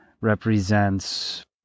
represents